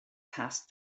passed